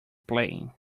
plane